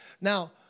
Now